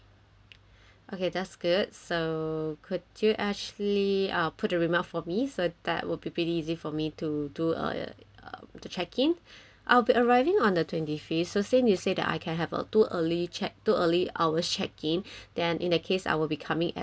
okay that's good so could you actually ah put a remark for me so that will be pretty easy for me to do uh uh to check in I'll be arriving on the twenty fifth so since you say that I can have a two early check two early hours check in then in that case I'll be coming at one P_M